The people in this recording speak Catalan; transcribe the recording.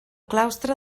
claustre